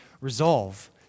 resolve